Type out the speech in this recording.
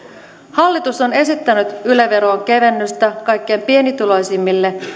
hallitus on esittänyt yle veroon kevennystä kaikkein pienituloisimmille